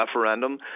referendum